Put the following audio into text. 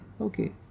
Okay